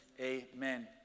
Amen